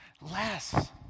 less